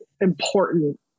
important